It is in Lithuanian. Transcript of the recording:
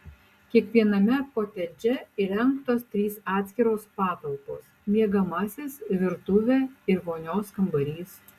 kiekviename kotedže įrengtos trys atskiros patalpos miegamasis virtuvė ir vonios kambarys